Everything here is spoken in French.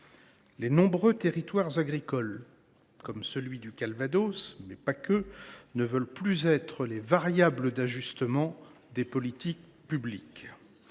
Les nombreux territoires agricoles, et notamment le Calvados, ne veulent plus être les variables d’ajustement des politiques publiques.